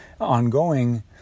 ongoing